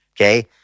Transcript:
okay